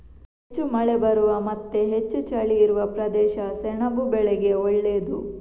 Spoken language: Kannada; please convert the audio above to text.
ಹೆಚ್ಚು ಮಳೆ ಬರುವ ಮತ್ತೆ ಹೆಚ್ಚು ಚಳಿ ಇರುವ ಪ್ರದೇಶ ಸೆಣಬು ಬೆಳೆಗೆ ಒಳ್ಳೇದು